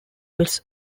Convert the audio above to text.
was